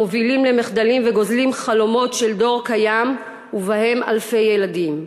המובילים למחדלים וגוזלים חלומות של דור קיים ושל אלפי ילדים.